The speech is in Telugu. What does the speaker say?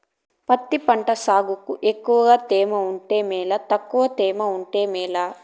పత్తి పంట సాగుకు ఎక్కువగా తేమ ఉంటే మేలా తక్కువ తేమ ఉంటే మేలా?